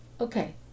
Okay